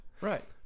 Right